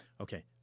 Okay